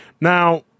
Now